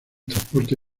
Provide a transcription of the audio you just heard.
transporte